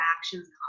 actions